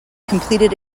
completed